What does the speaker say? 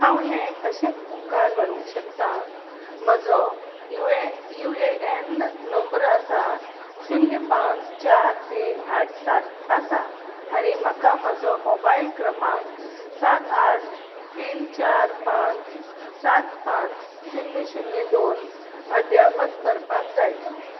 हांव हें कशेंच मुखार व्हरूंक शकता म्हजो U U A N number आसा शुन्य पांच चार तीन आठ सात आसा आनी म्हाका म्हजो मोबायल क्रमांक सात आठ तीन चार पांच सात पांच शुन्य शुन्य दोन अद्यावत करपाक जाय